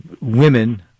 Women